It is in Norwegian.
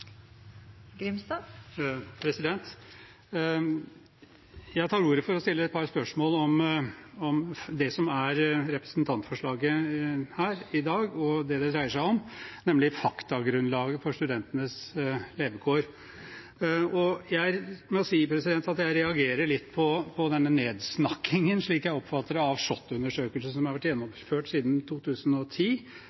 representantforslaget her i dag, og det det dreier seg om, nemlig faktagrunnlaget for studentenes levekår. Jeg må si at jeg reagerer litt på denne nedsnakkingen, slik jeg oppfatter det, av SHoT-undersøkelsen, som har vært